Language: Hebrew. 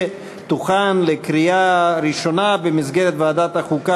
ותוכן לקריאה ראשונה במסגרת ועדת החוקה,